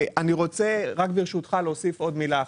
אני רוצה, ברשותך, להוסיף עוד מילה אחת: